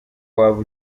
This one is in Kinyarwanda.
waba